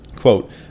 Quote